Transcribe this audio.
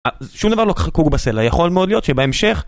אה, שום דבר לא חקוק בסלע, יכול מאוד להיות שבהמשך...